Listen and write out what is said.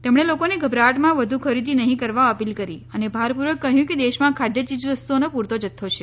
તેમણે લોકોને ગભરાટમાં વધુ ખરીદી નહી કરવા અપીલ કરી અને ભારપુર્વક કહ્યું કે દેશમાં ખાદ્ય ચીજવસ્તુઓનો પુરતો જથ્થો છે